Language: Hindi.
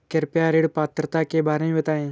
कृपया ऋण पात्रता के बारे में बताएँ?